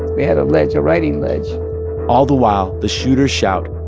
we had a ledge a writing ledge all the while, the shooters shout,